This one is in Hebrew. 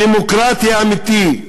דמוקרטי אמיתי.